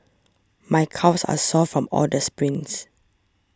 my calves are sore from all the sprints